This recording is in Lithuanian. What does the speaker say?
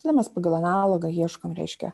tada mes pagal analogą ieškom reiškia